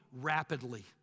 rapidly